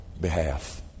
behalf